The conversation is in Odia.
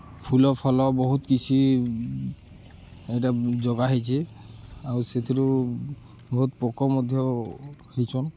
ଫୁଲ ଫଲ ବହୁତ୍ କିଛି ଇଟା ଯୋଗାହେଇଛେ ଆଉ ସେଥିରୁ ବହୁତ୍ ପୋକ ମଧ୍ୟ ହେଇଚନ୍